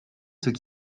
ceux